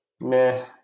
meh